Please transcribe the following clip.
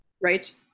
right